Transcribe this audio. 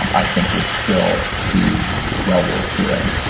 um i think we'd still be well worth doing